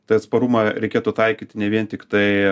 tai atsparumą reikėtų taikyti ne vien tiktai